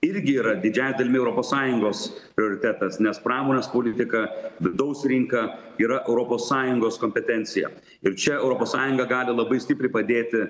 irgi yra didžiąja dalimi europos sąjungos prioritetas nes pramonės politika vidaus rinka yra europos sąjungos kompetencija ir čia europos sąjunga gali labai stipriai padėti